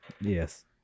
Yes